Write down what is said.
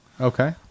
Okay